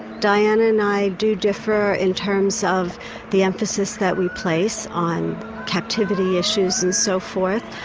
diana and i do differ in terms of the emphasis that we place on captivity issues and so forth.